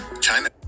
China